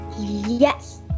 Yes